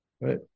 right